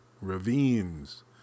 ravines